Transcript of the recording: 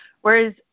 whereas